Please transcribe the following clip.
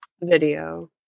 video